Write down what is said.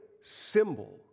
symbol